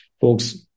folks